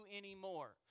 anymore